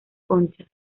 conchas